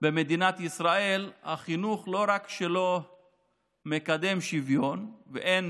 במדינת ישראל החינוך לא רק שלא מקדם שוויון ואין